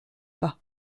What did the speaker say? pas